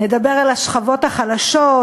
נדבר על השכבות החלשות,